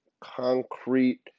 concrete